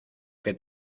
que